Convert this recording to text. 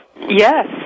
Yes